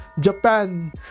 Japan